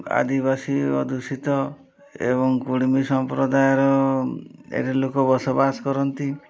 ଆଦିବାସୀ ଅଧ୍ୟୁଷିତ ଏବଂ କୁଡ଼୍ମୀ ସମ୍ପ୍ରଦାୟର ଏଠି ଲୋକ ବସବାସ କରନ୍ତି